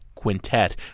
Quintet